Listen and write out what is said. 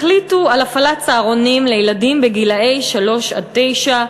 החליטו על הפעלת צהרונים לילדים גילאי שלוש עד תשע,